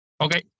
Okay